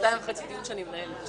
ב-14:30 יש לי דיון שאני מנהלת.